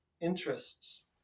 interests